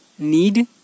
need